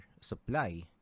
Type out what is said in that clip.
supply